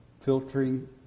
filtering